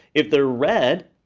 if they're red,